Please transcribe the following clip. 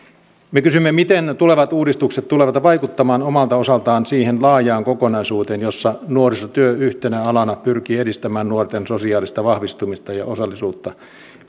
me kysymme miten tulevat uudistukset tulevat vaikuttamaan omalta osaltaan siihen laajaan kokonaisuuteen jossa nuorisotyö yhtenä alana pyrkii edistämään nuorten sosiaalista vahvistumista ja osallisuutta